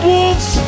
Wolves